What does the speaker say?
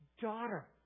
daughter